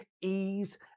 ease